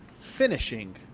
Finishing